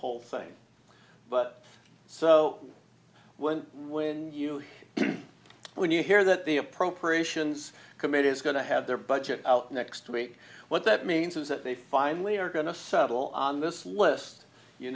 whole thing but so when when you when you hear that the appropriations committee is going to have their budget out next week what that means is that they finally are going to settle on this list you